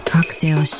Cocktail